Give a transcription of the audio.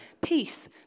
peace